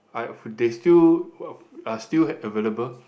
I they still are still available